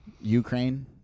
Ukraine